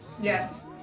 Yes